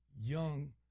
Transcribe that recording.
young